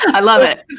i love it!